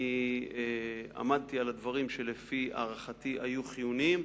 עמדתי על הדברים שלפי הערכתי היו חיוניים,